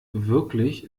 wirklich